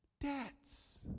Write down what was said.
debts